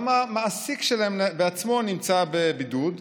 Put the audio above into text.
גם המעסיק שלהם בעצמו נמצא בבידוד,